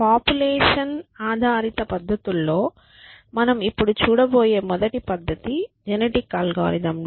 population ఆధారిత పద్ధతుల్లో మనం ఇప్పుడు చూడబోయే మొదటి పద్ధతి జెనెటిక్ అల్గోరిథం లు